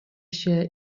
się